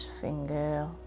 finger